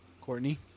courtney